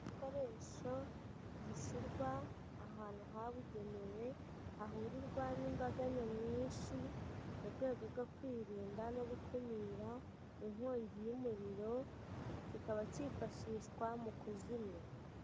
Igikoresho gishyirwa ahantu habugenewe hahurirwa n'imbaga nyamwinshi mu rwego rwo kwirinda no gukumira inkongi y'umuriro, kikaba cyifashishwa mu kuzimya.